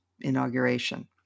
inauguration